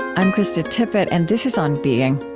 i'm krista tippett, and this is on being.